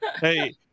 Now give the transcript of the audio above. Hey